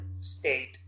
state